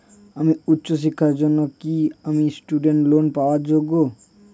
আমার উচ্চ শিক্ষার জন্য কি আমি স্টুডেন্ট লোন পাওয়ার যোগ্য?